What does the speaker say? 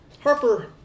Harper